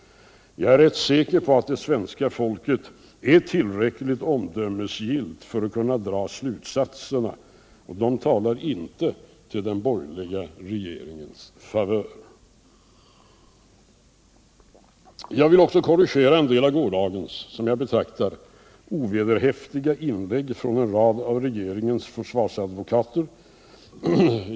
Jag är rätt säker på att det svenska folket är tilräckligt omdömesgillt för att kunna dra slutsatserna. De talar inte till den borgerliga regeringens favör. Jag vill också korrigera en del av gårdagens, som jag betraktar, ovederhäftiga inlägg från en rad av regeringens försvarsadvokater.